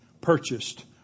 purchased